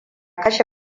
kashe